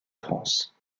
france